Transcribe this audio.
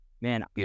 man